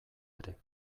ere